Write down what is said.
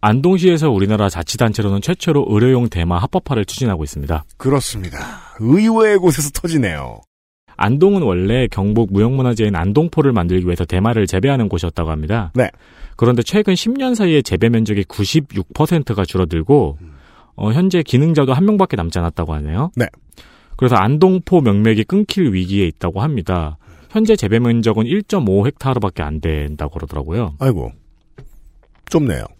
안동시에서 우리나라 자치단체로는 최초로 의료용 대마 합법화를 추진하고 있습니다. 그렇습니다. 의외의 곳에서 터지네요. 안동은 원래 경북 무형문화재인 안동포를 만들기 위해서 대마를 재배하는 곳이었다고 합니다. 네. 그런데 최근 10년 사이에 재배 면적이 96%가 줄어들고, 음. 어, 현재 기능자도 한 명밖에 남지 않았다고 하네요. 네. 그래서 안동포 명맥이 끊길 위기에 있다고 합니다. 현재 재배 면적은 1.5헥타르밖에 안 된다고 그러더라고요. 아이고, 좁네요.